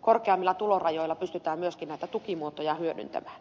korkeammilla tulorajoilla pystytään myöskin näitä tukimuotoja hyödyntämään